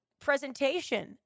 presentation